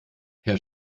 herr